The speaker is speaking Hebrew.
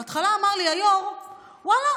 בהתחלה אמר לי היו"ר: ואללה,